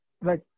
Right